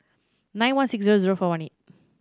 nine one six zero zero four one eight